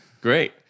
Great